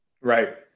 Right